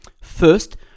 First